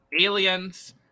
Aliens